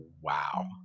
wow